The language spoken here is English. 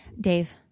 Dave